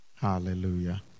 Hallelujah